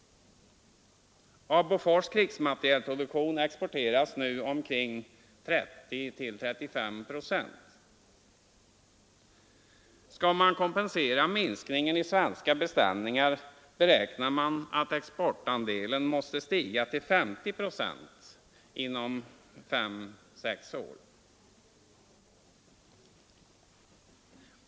Av Bofors krigsmaterielproduktion exporteras nu 30—35 procent. Skall man kompensera minskningen i svenska beställningar beräknar man att exportandelen måste stiga till 50 procent inom fem—sex år.